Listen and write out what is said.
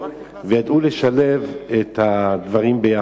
וידעו לשלב את הדברים ביחד.